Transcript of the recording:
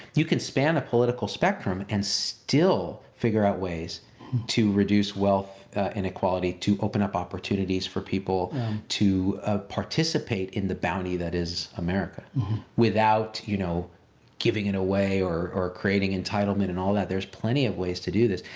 you can span a political spectrum and still figure out ways to reduce wealth inequality, to open up opportunities for people to participate in the bounty that is america without you know giving it away or creating entitlement and all that. there's plenty of ways to do this,